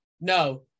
No